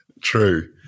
True